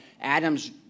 Adam's